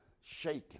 Shaking